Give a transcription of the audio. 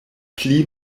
pli